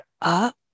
up